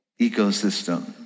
ecosystem